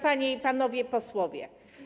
Panie i Panowie Posłowie!